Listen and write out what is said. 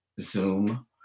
zoom